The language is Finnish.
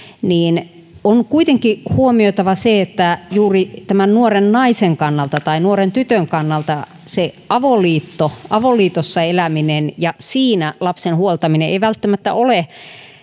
on kuitenkin huomioitava se että juuri nuoren naisen kannalta tai nuoren tytön kannalta se avoliitto avoliitossa eläminen ja siinä lapsen huoltaminen ei välttämättä ole